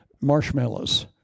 marshmallows